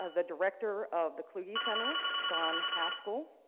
ah the director of the kluge center, john haskell.